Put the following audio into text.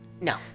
No